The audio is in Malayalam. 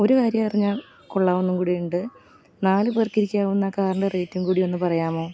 ഒരു കാര്യമറിഞ്ഞാൽ കൊള്ളാമെന്നും കൂടിയുണ്ട് നാലു പേർക്കിരിക്കാവുന്ന കാറിൻ്റെ റേറ്റും കൂടി ഒന്ന് പറയാമോ